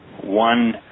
one